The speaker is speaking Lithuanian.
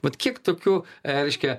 vat kiek tokių reiškia